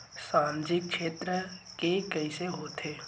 सामजिक क्षेत्र के कइसे होथे?